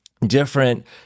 different